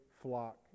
flock